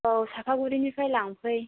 औ साफागुरिनिफ्राय लांफै